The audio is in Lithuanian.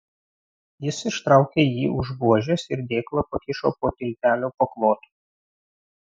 jis ištraukė jį už buožės ir dėklą pakišo po tiltelio paklotu